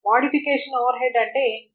modification overhead అంటే ఏమిటి